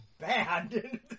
bad